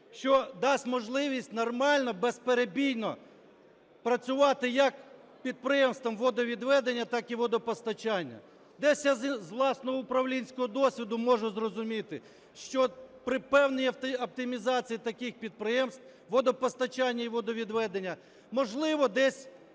що дасть можливість нормально, безперебійно працювати як підприємствам водовідведення, так і водопостачання. Десь я з власного управлінського досвіду можу зрозуміти, що при певній оптимізації таких підприємств водопостачання і водовідведення, можливо, десь